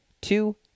two